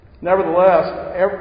Nevertheless